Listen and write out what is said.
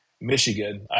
Michigan